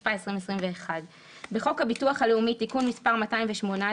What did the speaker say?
התשפ"א 2021 "תיקון חוק הביטוח הלאומי (תיקון מס' 218,